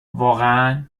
واقعا